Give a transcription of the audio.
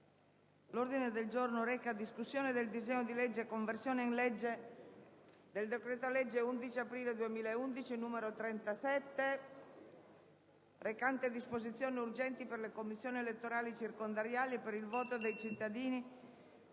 Il Senato, in sede di esame del disegno di legge di conversione in legge del decreto-legge 11 aprile 2011, n. 37, recante disposizioni urgenti per le commissioni elettorali circondariali e per il voto dei cittadini